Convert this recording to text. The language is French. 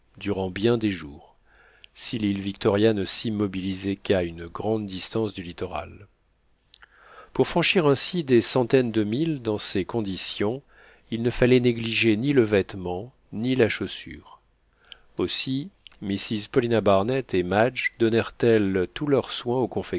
durant bien des jours si l'île victoria ne s'immobilisait qu'à une grande distance du littoral pour franchir ainsi des centaines de milles dans ces conditions il ne fallait négliger ni le vêtement ni la chaussure aussi mrs paulina barnett et madge donnèrent elles tous leurs soins